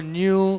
new